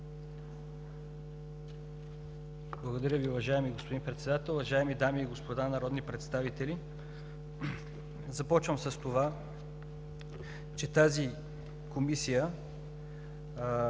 Благодаря Ви, уважаеми господин Председател. Уважаеми дами и господа народни представители! Започвам с това, че не беше